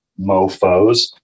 Mofos